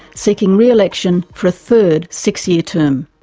seeking re-election for third six-year term.